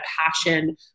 passion